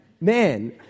man